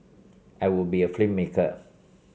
I would be a filmmaker